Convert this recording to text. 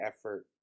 effort